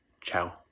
Ciao